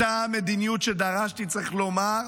אותה מדיניות שדרשתי, צריך לומר,